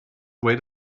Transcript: where